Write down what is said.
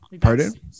Pardon